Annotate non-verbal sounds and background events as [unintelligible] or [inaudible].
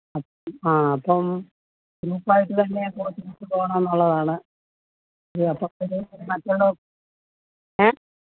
ആ അപ്പം ഗ്രൂപ്പ് ആയിട്ട് തന്നെ തിരിച്ച് പോവണം എന്നുള്ളതാണ് അതിയാ [unintelligible] മറ്റുള്ളവർക്ക് ഏ